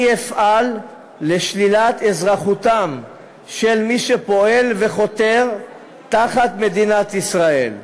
אני אפעל לשלילת אזרחותם של מי שפועלים וחותרים תחת מדינת ישראל.